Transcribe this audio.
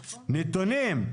נתונים.